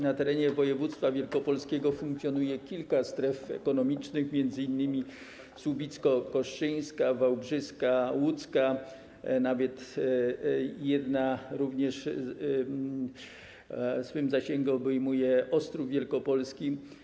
Na terenie województwa wielkopolskiego funkcjonuje kilka stref ekonomicznych, m.in. słubicko-kostrzyńska, wałbrzyska, łódzka, jedna nawet swym zasięgiem obejmuje również Ostrów Wielkopolski.